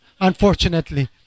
unfortunately